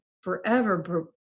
forever